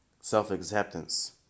self-acceptance